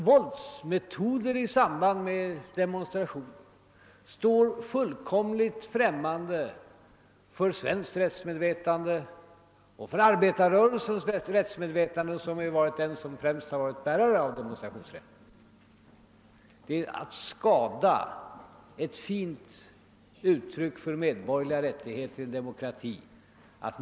Våldsmetoder i samband med demonstrationer står fullkomligt främmande för svenskt rättsmedvetande och för rättsmedvetandet inom arbetarrörelsen, som varit den främste bäraren av demonstrationsrätten. Att missbruka denna rätt är att skada ett fint uttryck för medborgerliga rättigheter i en demokrati.